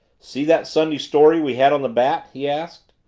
see that sunday story we had on the bat? he asked.